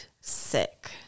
sick